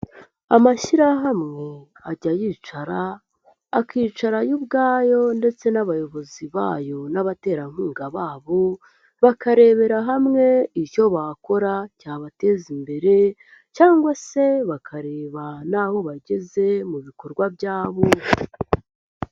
Amashyirahamwe ajya yicara, akicara yo ubwayo ndetse n'abayobozi bayo n'abaterankunga babo bakarebera hamwe icyo bakora cyabateza imbere cyangwa se bakareba naho bageze mu bikorwa byabo.